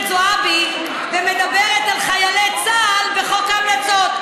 זועבי ומדברת על חיילי צה"ל בחוק ההמלצות.